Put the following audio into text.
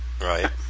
right